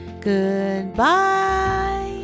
Goodbye